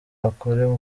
akore